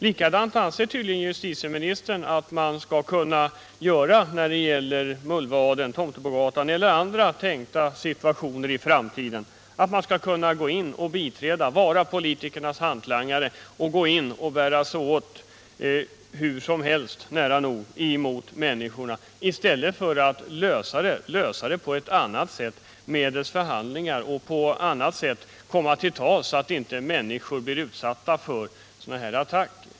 Likadant anser tydligen justitieministern att man skall kunna göra när det gäller Mullvaden och Tomtebogatan eller andra tänkta situationer i framtiden — att man skall kunna biträda, vara politikernas hantlangare och gå in och bära sig åt nära nog hur som helst mot människorna i stället för att lösa frågan på ett annat sätt, medelst förhandlingar, och komma till tals så att inte människor blir utsatta för sådana här attacker.